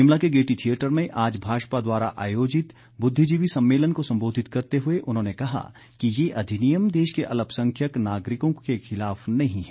शिमला के Gaiety theatre में आज भाजपा द्वारा आयोजित बुद्विजीवी सम्मेलन को सम्बोधित करते हुए उन्होंने कहा कि ये अधिनियम देश के अल्पसंख्य नागरिकों के खिलाफ नहीं है